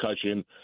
concussion